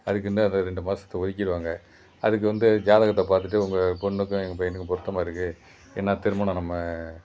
அதுக்குனு அந்த ரெண்டு மாதத்த ஒதுக்கிடுவாங்க அதுக்கு வந்து ஜாதகத்தை பார்த்துட்டு உங்கள் பொண்ணுக்கும் எங்கள் பையனுக்கும் பொருத்தமாக இருக்குது ஏன்னால் திருமணம் நம்ம